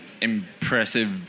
impressive